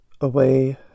away